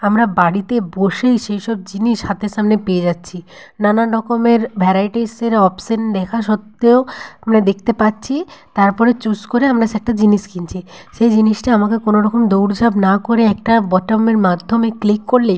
আমরা বাড়িতে বসেই সেইসব জিনিস হাতের সামনে পেয়ে যাচ্ছি নানান রকমের ভ্যারাইটিসের অপশন দেখা সত্ত্বেও আমরা দেখতে পাচ্ছি তারপরে চুজ করে আমরা সে একটা জিনিস কিনছি সেই জিনিসটা আমাকে কোনওরকম দৌড়ঝাঁপ না করে একটা বাটনের মাধ্যমে ক্লিক করলে